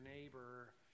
neighbor